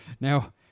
Now